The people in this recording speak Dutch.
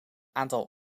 aantal